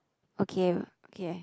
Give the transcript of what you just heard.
okay okay